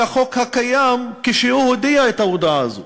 החוק הקיים כשהוא הודיע את ההודעה הזאת.